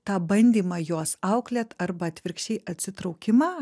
tą bandymą juos auklėt arba atvirkščiai atsitraukimą